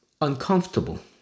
uncomfortable